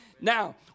Now